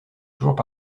toujours